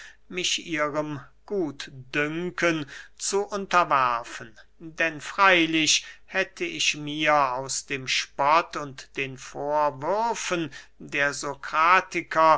mich ihrem gutdünken zu unterwerfen denn freylich hätte ich mir aus dem spott und den vorwürfen der sokratiker